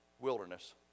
wilderness